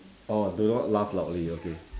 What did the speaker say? orh do not laugh loudly okay